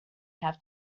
have